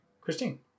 Christine